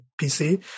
PC